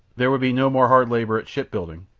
there would be no more hard labour at ship-building,